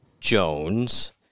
Jones